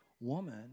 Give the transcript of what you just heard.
woman